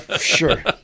Sure